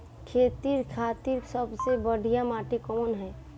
खेती खातिर सबसे बढ़िया माटी कवन ह?